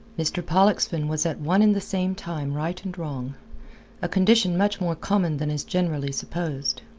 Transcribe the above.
mr. pollexfen was at one and the same time right and wrong a condition much more common than is generally supposed.